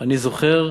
אני זוכר,